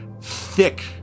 thick